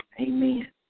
Amen